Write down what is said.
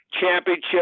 championship